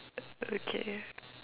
okay